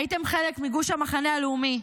הייתם חלק מגוש המחנה הלאומי.